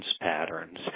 patterns